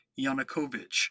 Yanukovych